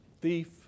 Thief